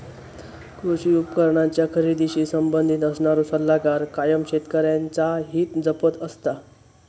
कृषी उपकरणांच्या खरेदीशी संबंधित असणारो सल्लागार कायम शेतकऱ्यांचा हित जपत असता